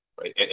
right